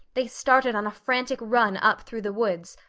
they started on a frantic run up through the woods,